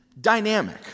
dynamic